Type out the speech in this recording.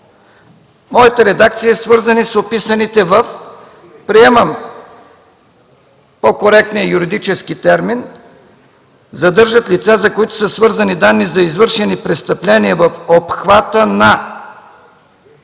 Моята редакция е: „свързани с описаните в...”. Приемам по-коректния юридически термин: „задържат лица, за които са свързани данни за извършени престъпления в обхвата на